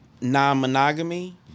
non-monogamy